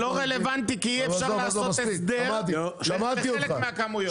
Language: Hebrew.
זה לא רלוונטי כי אי אפשר לעשות הסדר לחלק מהכמויות.